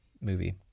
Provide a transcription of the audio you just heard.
movie